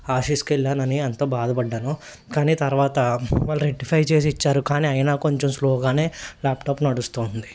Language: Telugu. ఆసీస్కు వెళ్ళానని ఎంతో బాధపడ్డాను కానీ తర్వాత వాళ్ళు రెక్టిఫై చేసి ఇచ్చారు కానీ అయినా కొంచెం స్లోగానే ల్యాప్టాప్ నడుస్తోంది